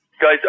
guys